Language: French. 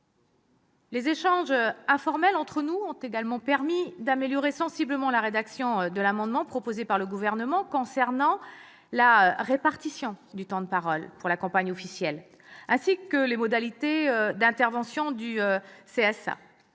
Les échanges informels entre nous ont également permis d'améliorer sensiblement la rédaction de l'amendement présenté par le Gouvernement concernant la répartition du temps de parole pour la campagne officielle, ainsi que les modalités d'intervention du CSA,